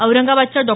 औरंगाबादच्या डॉ